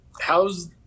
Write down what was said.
how's